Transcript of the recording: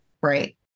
Right